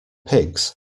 pigs